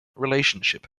relationship